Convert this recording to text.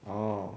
oh